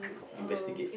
investigate